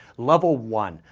level one.